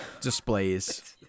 displays-